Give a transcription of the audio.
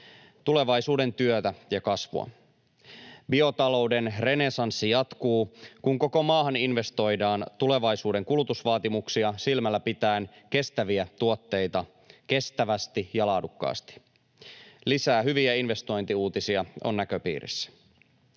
tulevaisuuden työtä ja kasvua. Biotalouden renessanssi jatkuu, kun koko maahan investoidaan tulevaisuuden kulutusvaatimuksia silmällä pitäen kestäviä tuotteita kestävästi ja laadukkaasti. Lisää hyviä investointiuutisia on näköpiirissä.